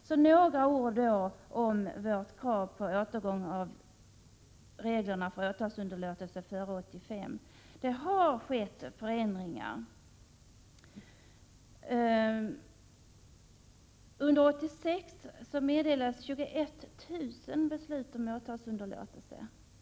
Så några ord om vårt krav på återgång till de regler för åtalsunderlåtelse som gällde före 1985. Det har skett förändringar. Under 1986 meddelades 21 000 beslut om åtalsunderlåtelse.